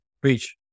Preach